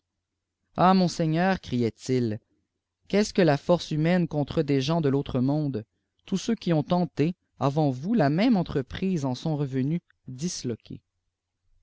ah mon seigneur criaîênt iis qupst ce que la force humaine contre des gens de l'autre monde tous ceux qui ont tenté avant vous la même entreprise en sont reveijjus dislmués